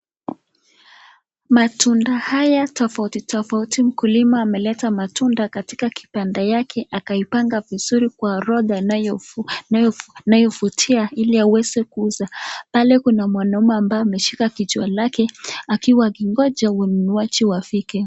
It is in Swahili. Matunda haya tofauti tofauti, mkulima ameleta matunda katika kibanda yake akaipanga vizuri kwa orodha inayovutia ili aweze kuuza. Pale kuna mwanaume ambaye ameshika kichwa lake akiwa amengoja wanunuaji wafike.